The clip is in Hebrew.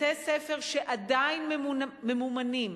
בתי-ספר שעדיין ממומנים